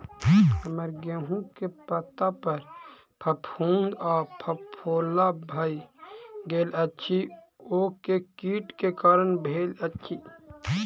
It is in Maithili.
हम्मर गेंहूँ केँ पत्ता पर फफूंद आ फफोला भऽ गेल अछि, ओ केँ कीट केँ कारण भेल अछि?